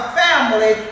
family